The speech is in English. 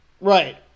Right